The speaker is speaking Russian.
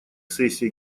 сессии